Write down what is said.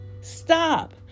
Stop